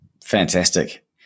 Fantastic